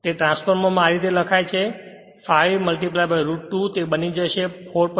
તે ટ્રાન્સફોર્મર માં આ રીતે લખાય છે phi root 2 તે બની જશે 4